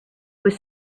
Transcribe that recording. was